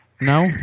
No